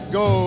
go